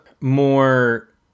more